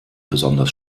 besonders